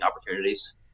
opportunities